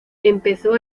empezó